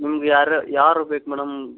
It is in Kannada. ನಿಮ್ಗೆ ಯಾರು ಯಾರು ಬೇಕು ಮೇಡಮ್